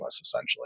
essentially